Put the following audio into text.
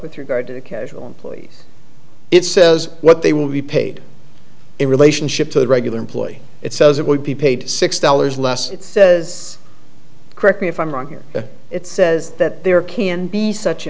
with regard to casual employee it says what they will be paid in relationship to the regular employee it says it would be paid six dollars less says correct me if i'm wrong here it says that there can be such